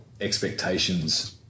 expectations